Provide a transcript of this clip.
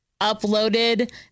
Uploaded